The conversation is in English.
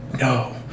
no